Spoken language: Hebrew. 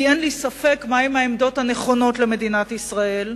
כי אין לי ספק מהן העמדות הנכונות למדינת ישראל.